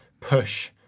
Push